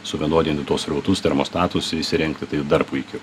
suvienodini tuos srautus termostatus įsirengti tai dar puikiau